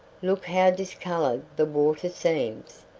look how discoloured the water seems.